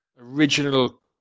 original